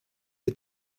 you